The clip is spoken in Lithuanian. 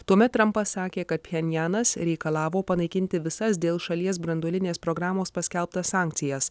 tuomet trampas sakė kad pchenjanas reikalavo panaikinti visas dėl šalies branduolinės programos paskelbtas sankcijas